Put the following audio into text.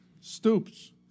Stoops